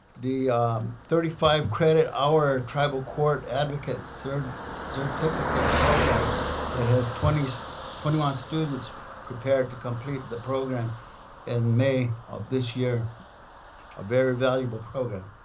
the thirty five credit hour tribal court advocate sort of certificate program that has twenty so twenty one students prepared to complete the program in may of this year a very valuable program.